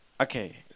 Okay